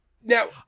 Now